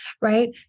right